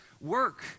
work